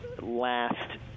last